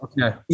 Okay